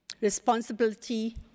responsibility